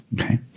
Okay